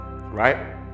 right